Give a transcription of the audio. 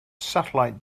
satellite